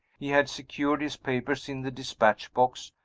he had secured his papers in the dispatch-box,